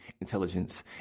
intelligence